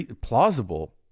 plausible